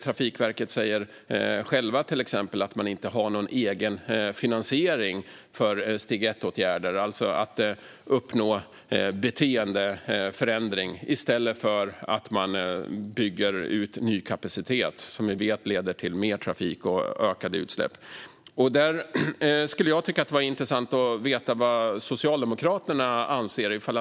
Man säger att man inte har någon egen finansiering för steg 1-åtgärder, att uppnå beteendeförändring i stället för att man bygger ut ny kapacitet som vi ju vet leder till mer trafik och ökade utsläpp. Det vore intressant att få höra vad Socialdemokraterna anser om detta.